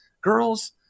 girls